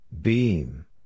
Beam